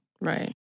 Right